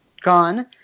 gone